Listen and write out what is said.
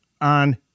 on